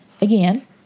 again